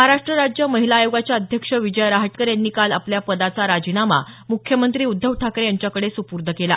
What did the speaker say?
महाराष्ट राज्य महिला आयोगाच्या अध्यक्ष विजया रहाटकर यांनी काल आपल्या पदाचा राजीनामा मुख्यमंत्री उद्धव ठाकरे यांच्याकडे सुपूर्द केला